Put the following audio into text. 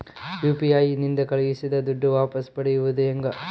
UPI ನಿಂದ ಕಳುಹಿಸಿದ ದುಡ್ಡು ವಾಪಸ್ ಪಡೆಯೋದು ಹೆಂಗ?